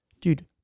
Dude